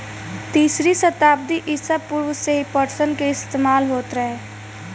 तीसरी सताब्दी ईसा पूर्व से ही पटसन के इस्तेमाल होत रहे